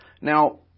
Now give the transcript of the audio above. Now